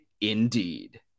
Indeed